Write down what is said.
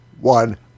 one